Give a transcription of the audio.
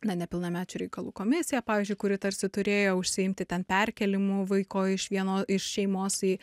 na nepilnamečių reikalų komisija pavyzdžiui kuri tarsi turėjo užsiimti ten perkėlimu vaiko iš vieno iš šeimos į